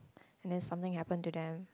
and then something happened to them